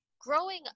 growing